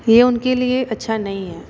यह उनके लिए अच्छा नहीं है